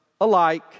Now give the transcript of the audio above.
alike